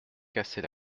casser